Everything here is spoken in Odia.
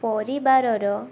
ପରିବାରର